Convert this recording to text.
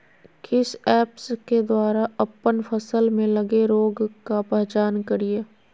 किस ऐप्स के द्वारा अप्पन फसल में लगे रोग का पहचान करिय?